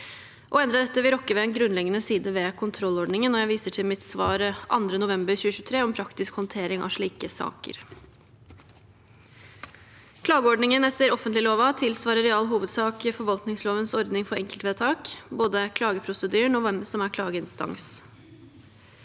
Å endre dette vil rokke ved en grunnleggende side ved kontrollordningen. Jeg viser til mitt svar av 2. november 2023 om praktisk håndtering av slike saker. Klageordningen etter offentleglova tilsvarer i all hovedsak forvaltningslovens ordning for enkeltvedtak, både klageprosedyren og hvem som er klageinstans.